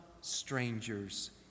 stranger's